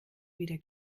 weder